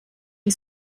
die